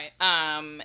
Right